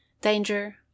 danger